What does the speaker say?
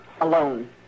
alone